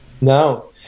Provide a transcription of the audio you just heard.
No